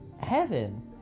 Heaven